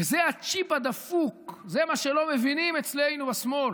וזה הצ'יפ הדפוק, זה מה שלא מבינים אצלנו בשמאל.